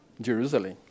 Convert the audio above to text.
Jerusalem